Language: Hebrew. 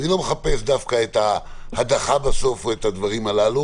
אני לא מחפש דווקא את ההדחה בסוף או את הדברים הללו,